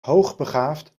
hoogbegaafd